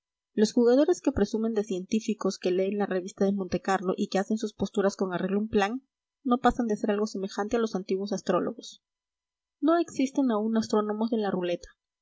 los jugadores que presumen de científicos que leen la revista de montecarlo y que hacen sus posturas con arreglo a un plan no pasan de ser algo semejante a los antiguos astrólogos no existen aún astrónomos de la ruleta